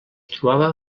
trobava